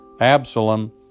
Absalom